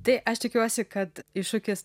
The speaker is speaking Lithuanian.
tai aš tikiuosi kad iššūkis